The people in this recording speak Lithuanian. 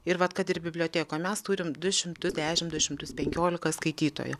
ir vat kad ir bibliotekoj mes turim du šimtus dešimt du šimtus penkiolika skaitytojų